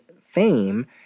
fame